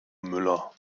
müller